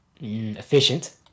efficient